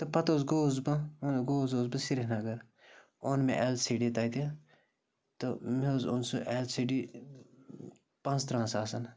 تہٕ پَتہٕ حظ گوٚوُس بہٕ گوٚوُس حظ بہٕ سرینَگر اوٚن مےٚ اٮ۪ل سی ڈی تَتہِ تہٕ مےٚ حظ اوٚن سُہ اٮ۪ل سی ڈی پانٛژھ تٕرٛہن ساسَن